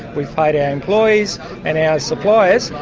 we've paid our employees and our suppliers.